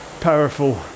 powerful